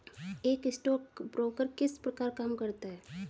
एक स्टॉकब्रोकर किस प्रकार का काम करता है?